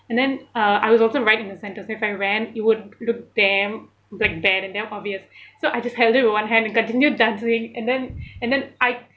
and then uh I was also right in the centre so if I ran it would look damn like bad and dam obvious so I just held it with one hand and continued dancing and then and then I